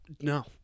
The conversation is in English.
No